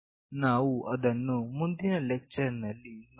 ನಾವು ಅದನ್ನು ಮುಂದಿನ ಲೆಕ್ಚರ್ ನಲ್ಲಿ ನೋಡೋಣ